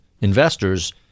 investors